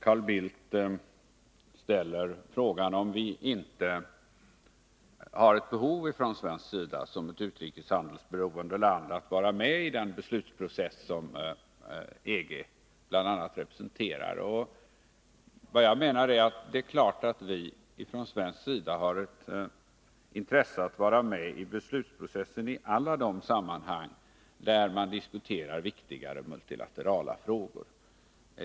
Carl Bildt ställer frågan, om vi inte har ett behov av att Sverige som ett utrikeshandelsberoende land skall vara med i den beslutsprocess som bl.a. EG representerar. Det är klart att vi från svensk sida har ett intresse av att delta i beslutsprocessen i alla de sammanhang där man diskuterar viktigare multilaterala frågor.